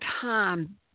time